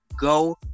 go